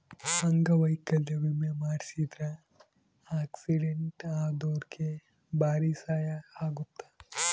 ಅಂಗವೈಕಲ್ಯ ವಿಮೆ ಮಾಡ್ಸಿದ್ರ ಆಕ್ಸಿಡೆಂಟ್ ಅದೊರ್ಗೆ ಬಾರಿ ಸಹಾಯ ಅಗುತ್ತ